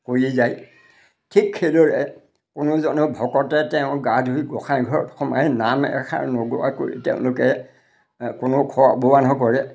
কৰি যায় ঠিক সেইদৰে কোনোজন আকৌ ভকতে তেওঁ গা ধুই গোঁসাই ঘৰত সোমাই নাম এষাৰ নোগোৱাকৈ তেওঁলোকে কোনো খোৱা বোৱা কৰে